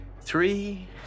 Three